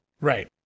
Right